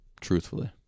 Truthfully